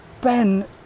Ben